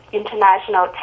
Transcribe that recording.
international